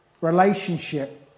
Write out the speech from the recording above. relationship